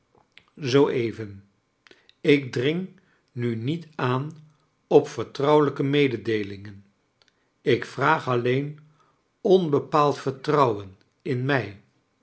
zoo even ik dring nu niet aan op vertrouwelijke mededeelingen ik vraag alleen onbepaald vertrouwen in mij